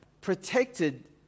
protected